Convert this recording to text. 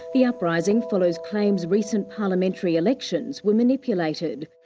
the uprising follows claims recent parliamentary elections were manipulated.